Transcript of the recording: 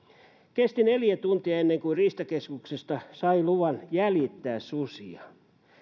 kesti neljä tuntia ennen kuin riistakeskuksesta sai luvan jäljittää susia